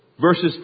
Verses